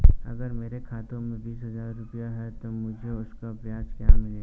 अगर मेरे खाते में बीस हज़ार रुपये हैं तो मुझे उसका ब्याज क्या मिलेगा?